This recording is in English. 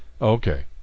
Okay